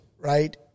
right